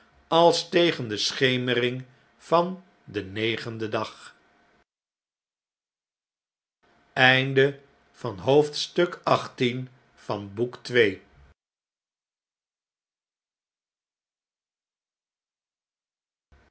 als tegen de schemering van den negenden dag